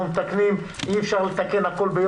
אי-אפשר לדון בהכול.